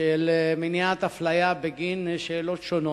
של מניעת אפליה בגין שאלות שונות,